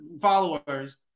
followers